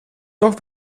toch